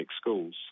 schools